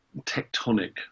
tectonic